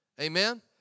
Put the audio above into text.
Amen